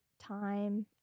time